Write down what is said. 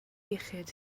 iechyd